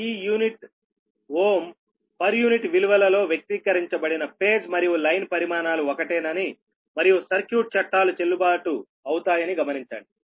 ఈ unit Ω per unit విలువలలో వ్యక్తీకరించబడిన ఫేజ్ మరియు లైన్ పరిమాణాలు ఒకటేనని మరియు సర్క్యూట్ చట్టాలు చెల్లుబాటు అవుతాయని గమనించండి